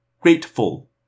Grateful